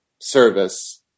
service